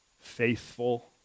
faithful